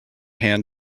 hand